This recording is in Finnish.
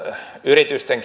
yritysten